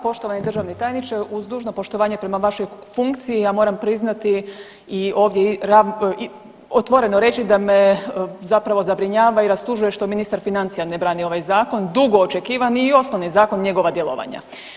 Poštovani državni tajniče uz dužno poštovanje prema vašoj funkciji ja moram priznati i ovdje otvoreno reći da me zapravo zabrinjava i rastužuje što ministar financija ne brani ovaj zakon, dugo očekivani i osnovni zakon njegova djelovanja.